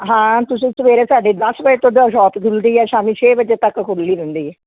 ਹਾਂ ਤੁਸੀਂ ਸਵੇਰੇ ਸਾਢੇ ਦਸ ਵਜੇ ਤੋਂ ਉੱਦਾਂ ਸ਼ੋਪ ਖੁੱਲ੍ਹਦੀ ਹੈ ਸ਼ਾਮੀ ਛੇ ਵਜੇ ਤੱਕ ਖੁੱਲ੍ਹੀ ਰਹਿੰਦੀ ਹੈ